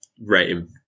rating